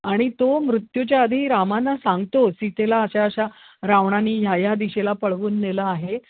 आणि तो मृत्यूच्या आधी रामाना सांगतो सीतेला अशा अशा रावणाने ह्या या दिशेला पळवून नेलं आहे